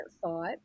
thought